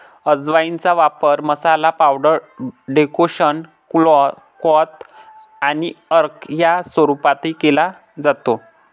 अजवाइनचा वापर masala, powder, decoction, क्वाथ आणि अर्क या स्वरूपातही केला जातो